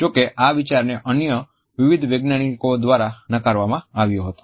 જો કે આ વિચારને અન્ય વિવિધ વૈજ્ઞાનિકો દ્વારા નકારવામાં આવ્યો હતો